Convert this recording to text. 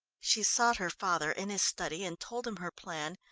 she sought her father in his study and told him her plan,